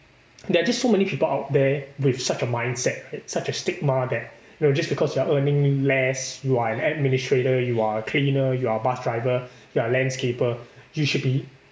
there are just so many people out there with such a mindset and such a stigma that you know just because you are earning less you are an administrator you are a cleaner you are a bus driver you are a landscaper you should be